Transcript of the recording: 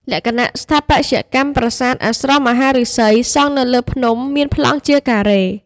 លក្ខណៈស្ថាបត្យកម្ម ប្រាសាទអាស្រមមហាឫសីសង់នៅលើភ្នំ មានប្លង់ជា ការ៉េ។